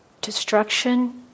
Destruction